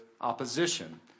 opposition